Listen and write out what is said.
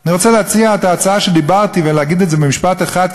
אני רוצה להציע את ההצעה שדיברתי עליה ולהגיד את זה במשפט אחד,